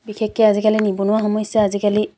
বিশেষকৈ আজিকালি নিবনুৱা সমস্যা আজিকালি